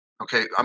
Okay